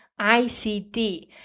ICD